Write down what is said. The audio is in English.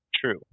true